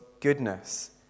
goodness